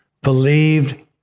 believed